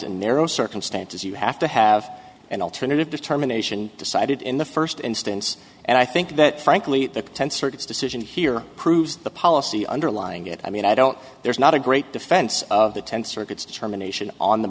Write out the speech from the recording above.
in narrow circumstances you have to have an alternative determination decided in the first instance and i think that frankly the potential decision here proves the policy underlying it i mean i don't there's not a great defense of the ten circuits germination on the